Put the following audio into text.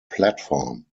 platform